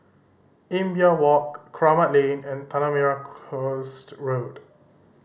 Imbiah Walk Kramat Lane and Tanah Merah Coast Road